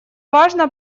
важно